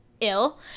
ill